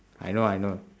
I know I know